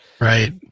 Right